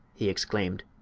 he exclaimed.